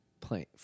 playing